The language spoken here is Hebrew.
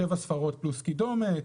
שבע ספרות פלוס קידומת,